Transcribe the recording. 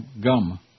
gum